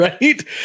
Right